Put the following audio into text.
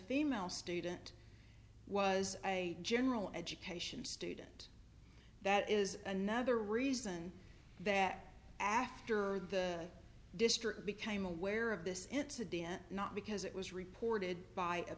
female student was a general education student that is another reason that after the district became aware of this it's a d n a not because it was reported by